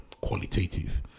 qualitative